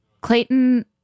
Clayton